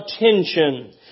attention